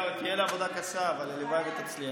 תהיה לה עבודה קשה, אבל הלוואי שהיא תצליח.